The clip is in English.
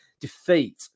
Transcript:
defeat